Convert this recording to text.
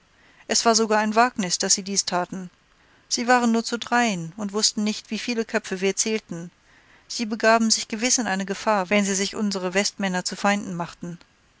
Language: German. es war sogar ein wagnis daß sie dies taten sie waren nur zu dreien und wußten nicht wieviel köpfe wir zählten sie begaben sich gewiß in eine gefahr wenn sie sich unsere westmänner zu feinden machten